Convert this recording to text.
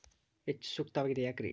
ಹೆಚ್ಚು ಸೂಕ್ತವಾಗಿದೆ ಯಾಕ್ರಿ?